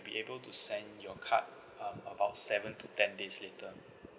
be able to send your card um about seven to ten days later